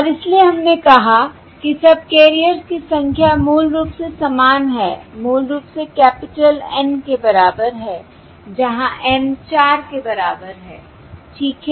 और इसलिए हमने कहा कि सबकैरियर्स की संख्या मूल रूप से समान है मूल रूप से कैपिटल N के बराबर है जहां N 4 के बराबर है ठीक है